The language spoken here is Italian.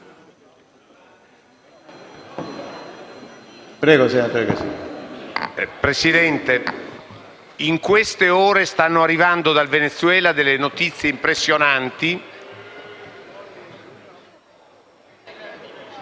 Presidente, in queste ore stanno arrivando dal Venezuela notizie impressionanti...